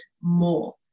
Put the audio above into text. more